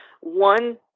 One